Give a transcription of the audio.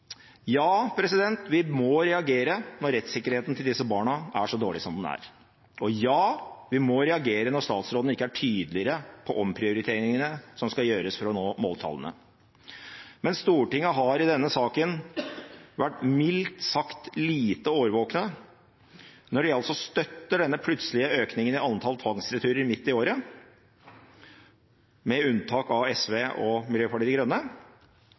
Ja, vi må reagere når rettssikkerheten til disse barna er så dårlig som den er, og ja, vi må reagere når statsråden ikke er tydeligere på omprioriteringene som skal gjøres for å nå måltallene, men Stortinget har i denne saken vært mildt sagt lite årvåkne når de – med unntak av SV og Miljøpartiet De Grønne – støtter denne plutselige økningen i antall tvangsreturer midt i året og etterpå altså er forferdet over konsekvensene. Miljøpartiet De Grønne